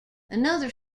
another